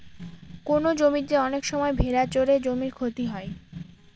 কোনো জমিতে অনেক সময় ভেড়া চড়ে জমির ক্ষতি হয়